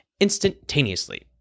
instantaneously